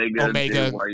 Omega